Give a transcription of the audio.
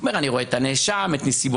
הוא אומר: אני רואה את הנאשם, את נסיבותיו.